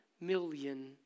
million